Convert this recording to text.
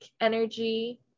energy